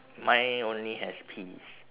mine only has peas